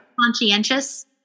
conscientious